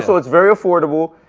so it's very affordable.